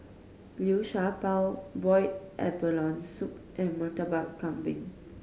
Liu Sha Bao boiled abalone soup and Murtabak Kambing